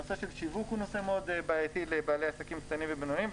הנושא של שיווק הוא נושא מאוד בעייתי לבעלי עסקים קטנים ובינוניים.